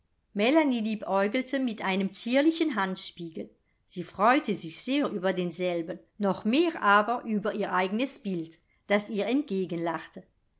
mit einem zierlichen handspiegel sie freute sich sehr über denselben noch mehr aber über ihr eignes bild das ihr